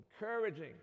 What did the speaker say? encouraging